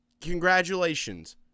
Congratulations